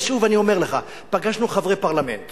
ושוב, אני אומר לך, פגשנו חברי פרלמנט